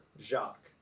Jacques